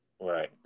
Right